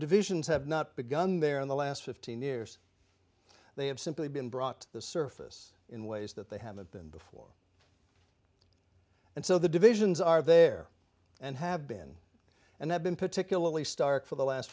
divisions have not begun there in the last fifteen years they have simply been brought to the surface in ways that they haven't been before and so the divisions are there and have been and have been particularly stark for the last